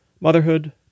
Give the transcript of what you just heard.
motherhood